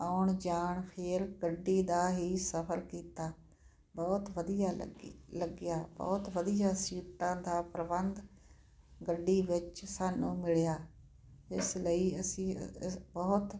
ਆਉਣ ਜਾਣ ਫਿਰ ਗੱਡੀ ਦਾ ਹੀ ਸਫ਼ਰ ਕੀਤਾ ਬਹੁਤ ਵਧੀਆ ਲੱਗੀ ਲੱਗਿਆ ਬਹੁਤ ਵਧੀਆ ਸੀਟਾਂ ਦਾ ਪ੍ਰਬੰਧ ਗੱਡੀ ਵਿੱਚ ਸਾਨੂੰ ਮਿਲਿਆ ਇਸ ਲਈ ਅਸੀਂ ਬਹੁਤ